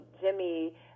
Jimmy